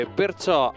perciò